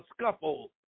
scuffle